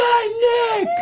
Nick